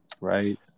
Right